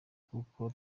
kuko